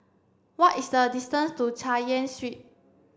what is the distance to Chay Yan Street